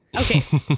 Okay